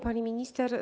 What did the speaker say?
Pani Minister!